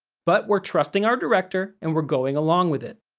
but, we're trusting our director and we're going along with it.